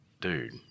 dude